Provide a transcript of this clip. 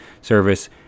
service